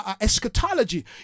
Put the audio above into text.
eschatology